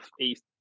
east